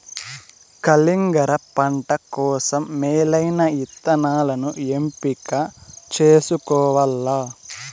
కలింగర పంట కోసం మేలైన ఇత్తనాలను ఎంపిక చేసుకోవల్ల